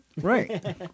Right